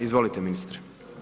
Izvolite ministre.